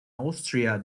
austria